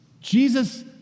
Jesus